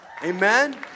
Amen